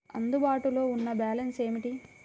అందుబాటులో ఉన్న బ్యాలన్స్ ఏమిటీ?